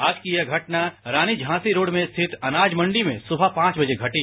आज की यह घटना रानी झांसी रोड में स्थित अनाज मंडी में सुबह पांच बजे घटी